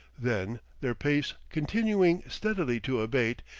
then, their pace continuing steadily to abate,